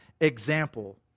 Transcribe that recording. example